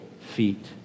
feet